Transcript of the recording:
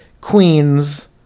queens